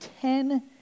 ten